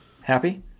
happy